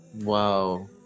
Wow